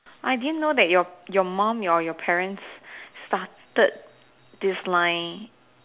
I didn't know that your your mum your parents started this line